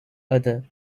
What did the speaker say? other